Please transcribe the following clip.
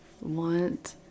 want